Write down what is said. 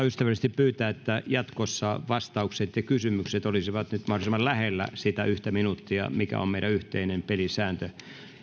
ystävällisesti pyydän että jatkossa vastaukset ja kysymykset olisivat mahdollisimman lähellä sitä yhtä minuuttia mikä on meidän yhteinen pelisääntömme